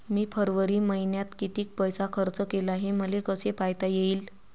मी फरवरी मईन्यात कितीक पैसा खर्च केला, हे मले कसे पायता येईल?